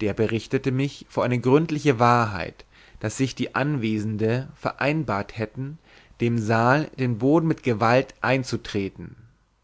der berichtete mich vor eine gründliche wahrheit daß sich die anwesende vereinbart hätten dem saal den boden mit gewalt einzutretten